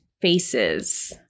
faces